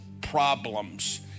problems